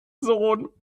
sohn